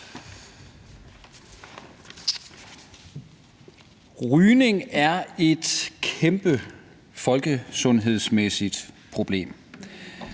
Rygning er et kæmpe folkesundhedsmæssigt problem.